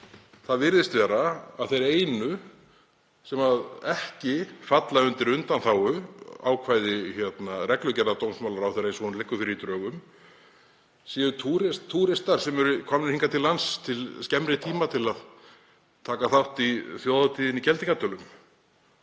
Það virðist vera að þeir einu sem ekki falla undir undanþáguákvæði reglugerðar dómsmálaráðherra eins og hún liggur fyrir í drögum séu túristar sem eru komnir hingað til lands til skemmri tíma til að taka þátt í þjóðhátíðinni í Geldingadölum,